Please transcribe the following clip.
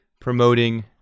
promoting